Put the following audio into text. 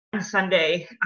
Sunday